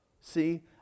see